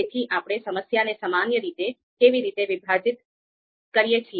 તેથી આપણે સમસ્યાને સામાન્ય રીતે કેવી રીતે વિભાજીત કરી શકીએ છીએ